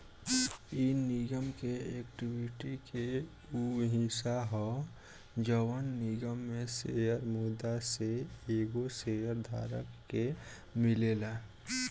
इ निगम के एक्विटी के उ हिस्सा ह जवन निगम में शेयर मुद्दा से एगो शेयर धारक के मिलेला